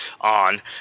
on